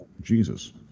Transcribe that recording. Jesus